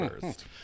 first